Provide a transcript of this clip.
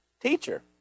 Teacher